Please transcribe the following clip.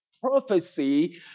prophecy